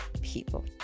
people